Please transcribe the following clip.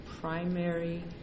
primary